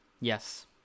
Yes